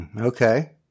Okay